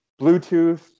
Bluetooth